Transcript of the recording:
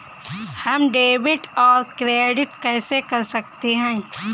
हम डेबिटऔर क्रेडिट कैसे कर सकते हैं?